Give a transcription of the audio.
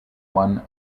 one